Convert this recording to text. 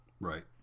Right